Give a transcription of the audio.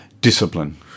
discipline